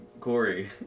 Corey